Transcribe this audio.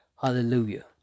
Hallelujah